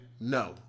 no